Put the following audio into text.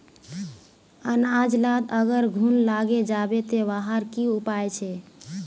अनाज लात अगर घुन लागे जाबे ते वहार की उपाय छे?